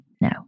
no